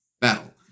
battle